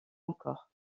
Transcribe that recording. encore